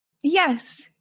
yes